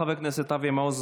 חבר הכנסת אבי מעוז,